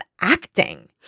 acting